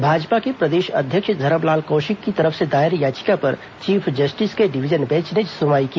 भाजपा के प्रदेश अध्यक्ष धरमलाल कौशिक की तरफ से दायर याचिका पर चीफ जस्टिस के डिवीजन बेंच ने सुनवाई की